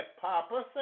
Papa